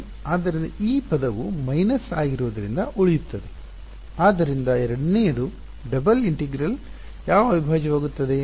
ಆದ್ದರಿಂದ ಈ ಪದವು ಮೈನಸ್ ಆಗಿರುವುದರಿಂದ ಉಳಿಯುತ್ತದೆ ಆದ್ದರಿಂದ ಎರಡನೆಯದು ಡಬಲ್ ಇಂಟಿಗ್ರಲ್ ಯಾವ ಅವಿಭಾಜ್ಯವಾಗುತ್ತದೆ